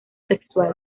sexual